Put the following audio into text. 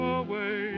away